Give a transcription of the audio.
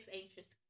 anxious